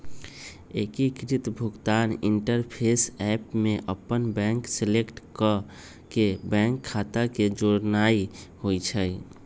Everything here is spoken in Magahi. एकीकृत भुगतान इंटरफ़ेस ऐप में अप्पन बैंक सेलेक्ट क के बैंक खता के जोड़नाइ होइ छइ